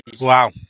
Wow